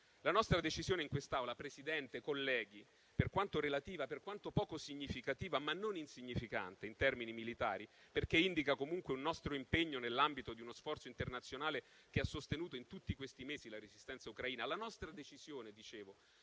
le risate con gli amici? Presidente, colleghi, per quanto relativa, poco significativa, ma non insignificante in termini militari, indicando comunque un nostro impegno nell'ambito di uno sforzo internazionale che ha sostenuto in tutti questi mesi la resistenza ucraina, la nostra decisione in